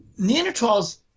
Neanderthals